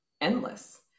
endless